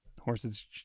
horse's